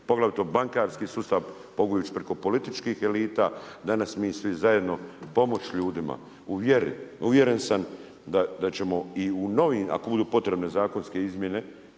poglavito bankarski sustav mogu ići preko političkih elita danas mi svi zajedno pomoć ljudima u vjeri. Uvjeren sam da ćemo i u novim, ako budu potrebne zakonske izmjene,